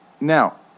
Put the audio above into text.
Now